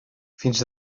fins